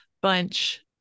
bunch